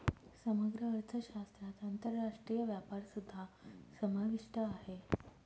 समग्र अर्थशास्त्रात आंतरराष्ट्रीय व्यापारसुद्धा समाविष्ट आहे